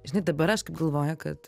žinai dabar aš kaip galvoju kad